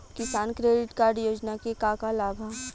किसान credit card योजना के का का लाभ ह?